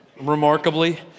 remarkably